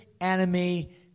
enemy